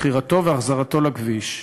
מכירתו והחזרתו לכביש.